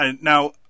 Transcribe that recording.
now